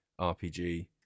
RPG